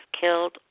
killed